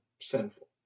sinful